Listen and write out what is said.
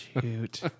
Shoot